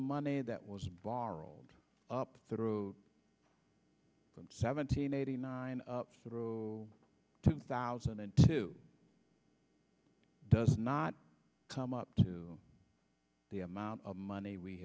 money that was borrowed up through from seventeen eighty nine up through two thousand and two does not come up to the amount of money we